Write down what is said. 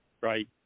right